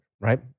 right